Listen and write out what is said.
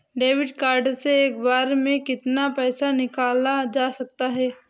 Debit card से एक बार में कितना पैसा निकाला जा सकता है?